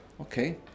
Okay